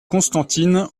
constantine